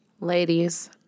Ladies